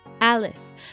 Alice